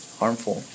harmful